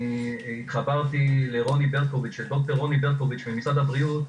התחברתי לד"ר רוני ברקוביץ ממשרד הבריאות,